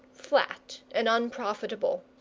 flat and unprofitable.